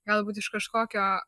galbūt iš kažkokio